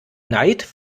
neid